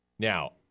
Now